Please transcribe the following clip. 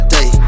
Day